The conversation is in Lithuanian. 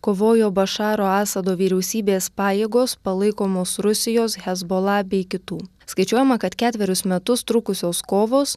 kovojo bašaro asado vyriausybės pajėgos palaikomos rusijos hezbola bei kitų skaičiuojama kad ketverius metus trukusios kovos